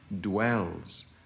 dwells